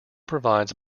provides